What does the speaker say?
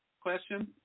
Question